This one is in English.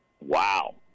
Wow